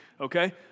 Okay